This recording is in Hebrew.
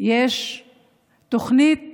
יש תוכנית